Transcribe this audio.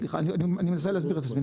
סליחה, אני מנסה להסביר את עצמי.